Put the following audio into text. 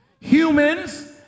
Humans